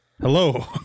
Hello